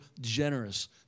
generous